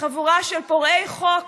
חבורה של פורעי חוק